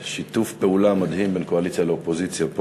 שיתוף פעולה מדהים בין קואליציה לאופוזיציה פה,